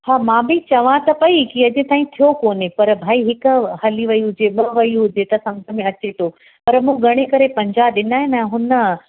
हा मां बि चवां त पई की अॼु ताईं थियो कोन्हे पर भई हिकु हली वई हुजे ॿ वई हुजे त सम्झ में अचे थो पर मूं ॻणे करे पंजाह ॾिना आहिनि ऐं हुन